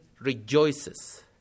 rejoices